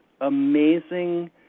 amazing